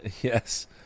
Yes